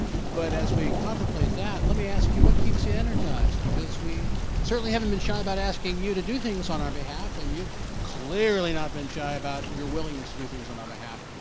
but as we contemplate that, let me ask you what keeps you energized because we certainly haven't been shy about asking you to do things on our behalf and you've clearly not been shy about your willingness to do things on our behalf.